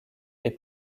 est